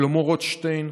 שלמה רוטשטיין,